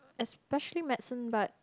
especially medicine but